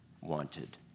wanted